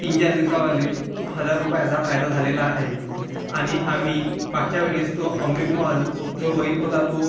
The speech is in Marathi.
तीन चार दिवसामध्ये हजार रुपयांचा फायदा झालेला आहे आणि आम्ही मागच्या वेळेस तो अमृतमहल जो बैल होता तो